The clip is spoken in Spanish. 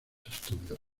estudios